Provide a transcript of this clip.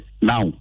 Now